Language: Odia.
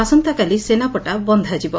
ଆସନ୍ତାକାଲି ସେନାପଟା ବନ୍ଧାଯିବ